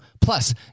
Plus